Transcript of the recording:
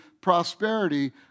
prosperity